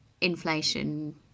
inflation